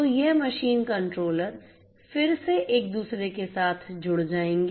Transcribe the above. तो ये machine controller फिर से एक दूसरे के साथ जुड़ जाएंगे